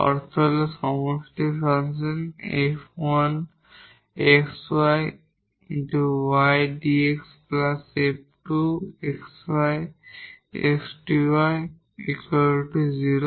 অর্থ হল সমষ্টি ফাংশন 𝑓1 𝑥𝑦 𝑦 𝑑𝑥 𝑓2 𝑥𝑦 𝑥 𝑑𝑦 0